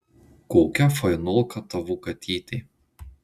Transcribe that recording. kokia fainulka tavo katytė